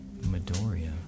Midoriya